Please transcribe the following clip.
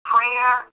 Prayer